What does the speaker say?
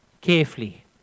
carefully